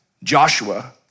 Joshua